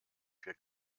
für